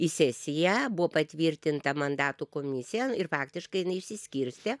į sesiją buvo patvirtinta mandatų komisija ir faktiškai jinai išsiskirstė